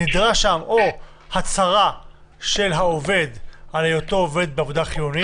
-- נדרשת שם או הצהרה של העובד על היותו עובד בעבודה חיונית,